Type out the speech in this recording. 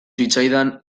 zitzaidan